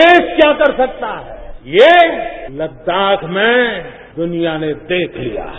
देश क्या कर सकता है ये लदाख में दुनिया ने देख लिया है